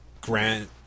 Grant